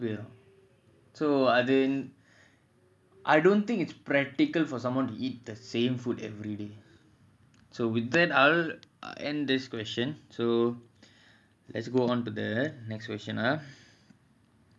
so அது:adhu so அது:adhu I don't think it's practical for someone to eat the same food everyday so with that I'll end this question so let's go on to the next question ah